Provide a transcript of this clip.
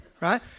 right